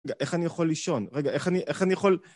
רגע, איך אני יכול לישון? רגע, איך אני יכול...